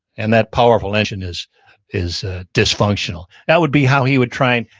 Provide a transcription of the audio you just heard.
and that powerful engine is is dysfunctional that would be how he would try and,